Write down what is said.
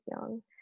young